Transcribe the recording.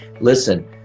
Listen